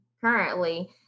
currently